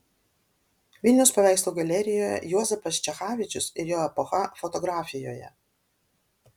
vilniaus paveikslų galerijoje juozapas čechavičius ir jo epocha fotografijoje